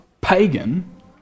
pagan